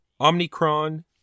omnicron